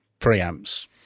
preamps